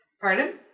Pardon